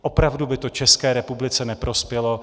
Opravdu by to České republice neprospělo.